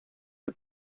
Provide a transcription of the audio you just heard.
the